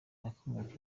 nakomeje